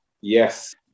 Yes